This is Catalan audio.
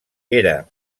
era